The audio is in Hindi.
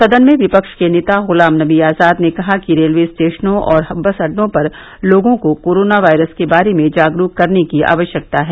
सदन में विपक्ष के नेता गुलाम नवी आजाद ने कहा कि रेलवे स्टेशनों और बस अड्डों पर लोगों को कोरोना वायरस के बारे में जागरूक करने की आवश्यकता है